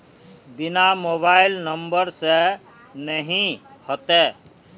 बिना mobile number से नहीं होते?